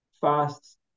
fast